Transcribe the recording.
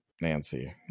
Nancy